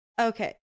Okay